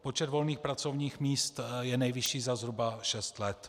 Počet volných pracovních míst je nejvyšší za zhruba šest let.